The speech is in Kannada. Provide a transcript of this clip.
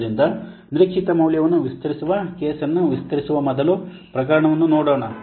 ಆದ್ದರಿಂದ ನಿರೀಕ್ಷಿಸಿದ ಮೌಲ್ಯವನ್ನು ವಿಸ್ತರಿಸುವ ಕೇಸ್ಅನ್ನು ವಿಸ್ತರಿಸುವ ಮೊದಲ ಪ್ರಕರಣವನ್ನು ನೋಡೋಣ